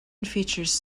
features